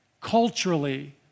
culturally